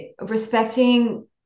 respecting